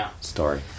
story